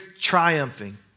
triumphing